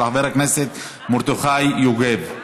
של חבר הכנסת מרדכי יוגב.